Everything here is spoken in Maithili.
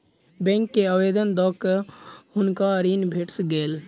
बैंक के आवेदन दअ के हुनका ऋण भेट गेल